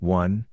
one